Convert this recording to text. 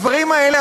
הדברים האלה,